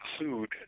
include